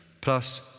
Plus